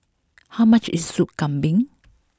how much is Sop Kambing